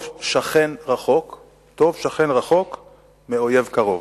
טוב שכן רחוק מאויב קרוב.